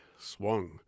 swung